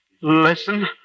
Listen